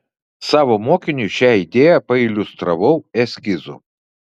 savo mokiniui šią idėją pailiustravau eskizu